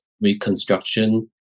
reconstruction